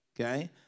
okay